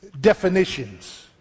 definitions